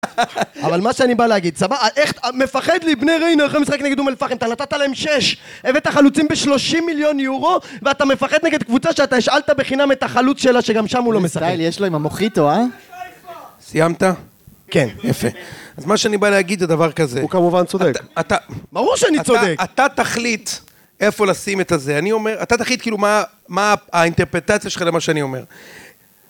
אבל מה שאני בא להגיד, סבא, איך, מפחד לי, בני רין הולכים לשחק נגד אומל פאקינג, אתה נתת להם שש, הבאת חלוצים ב-30 מיליון יורו, ואתה מפחד נגד קבוצה שאתה השאלת בחינם את החלוץ שלה, שגם שם הוא לא משחק. יש לו עם המוחיטו, אה? סיימת? כן. יפה. אז מה שאני בא להגיד, זה דבר כזה. הוא כמובן צודק. אתה... ברור שאני צודק! אתה תחליט איפה לשים את הזה. אני אומר... אתה תחליט, כאילו, מה האינטרפטציה שלך למה שאני אומר.